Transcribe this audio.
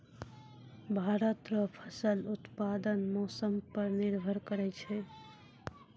भारत रो फसल उत्पादन मौसम पर निर्भर करै छै